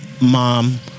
Mom